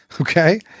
Okay